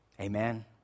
Amen